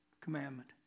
commandment